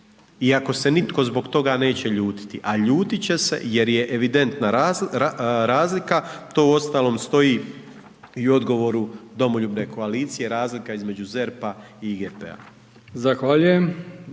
ako se nitko zbog toga neće ljutiti a ljutiti će se jer je evidentna razlika, to uostalom stoji i u odgovoru domoljubne koalicije, razlika između ZERP-a i IGP-a.